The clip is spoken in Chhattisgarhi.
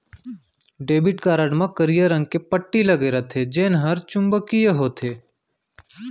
डेबिट कारड म करिया रंग के पट्टी लगे रथे जेन हर चुंबकीय होथे